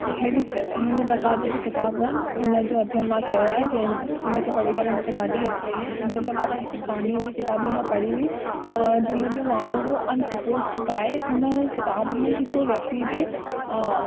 अहिड़ी हिन प्रकार जी जो किताब आहिनि हुन जो अध्यन मां कयो आहे जंहिं जंहिंखे पढ़ी करे मूंखे ॾाढी हसी आई आहे हिन जे अलावा हिकु कहानीअ जी किताब बि मां पढ़ी हुई जंहिंजो नालो हुओ अनप्रपोस्ड गाए हुन किताब में हिकु व्यक्तिअ जे